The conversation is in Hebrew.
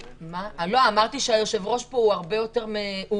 אמרתי שהיושב ראש כאן הוא מנומס,